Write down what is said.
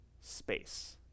space